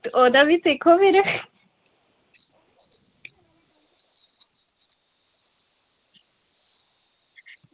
ते ओह्दा बी दिक्खो फिर